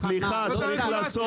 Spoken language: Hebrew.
סליחה, צריך לעשות,